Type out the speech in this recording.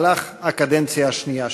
בקדנציה השנייה שלו.